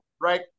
right